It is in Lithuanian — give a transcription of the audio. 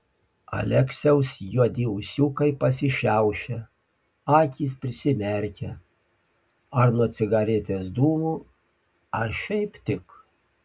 aleksiaus juodi ūsiukai pasišiaušia akys prisimerkia ar nuo cigaretės dūmų ar šiaip tik